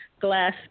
Glass